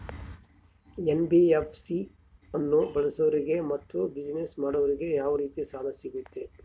NBFC ಅನ್ನು ಬಳಸೋರಿಗೆ ಮತ್ತೆ ಬಿಸಿನೆಸ್ ಮಾಡೋರಿಗೆ ಯಾವ ರೇತಿ ಸಾಲ ಸಿಗುತ್ತೆ?